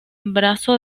brazo